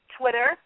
Twitter